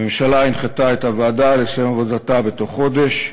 הממשלה הנחתה את הוועדה לסיים את עבודתה בתוך חודש.